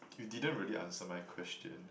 you didn't really answer my question